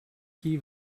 key